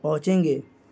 پہنچیں گے